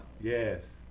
Yes